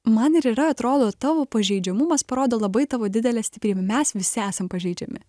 man ir yra atrodo tavo pažeidžiamumas parodo labai tavo didelę stiprybę mes visi esam pažeidžiami